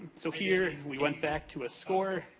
so, here, we went back to a score,